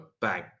bang